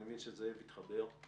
אני מבין שזאב התחבר.